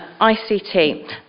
ICT